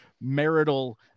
marital